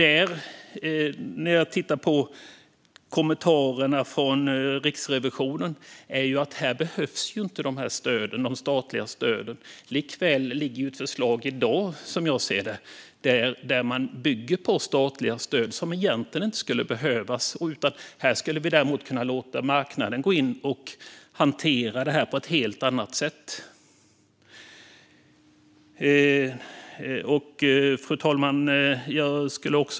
Enligt kommentarerna från Riksrevisionen behövs inte de statliga stöden, men trots detta ligger det i dag ett förslag som enligt min syn bygger på statliga stöd som egentligen inte skulle behövas. Vi skulle kunna låta marknaden gå in och hantera detta på ett helt annat sätt.